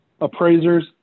appraisers